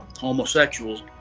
homosexuals